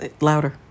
Louder